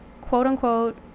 quote-unquote